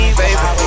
baby